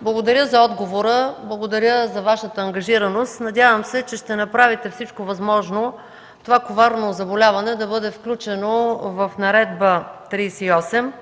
благодаря за отговора. Благодаря за Вашата ангажираност. Надявам се, че ще направите всичко възможно това коварно заболяване да бъде включено в Наредба №